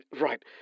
right